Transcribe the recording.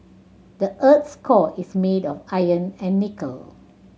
the earth's core is made of iron and nickel